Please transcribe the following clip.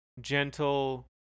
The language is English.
gentle